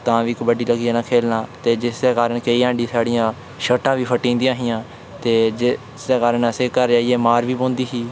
तां बी कबड्डी लग्गी पौना खेढना ते जिस बेल्लै केईं हांडी साढ़ियां शर्टां बी फट्टी जंदियां हियां ते जे असें ईं घर जाइयै मार बी पौंदी ही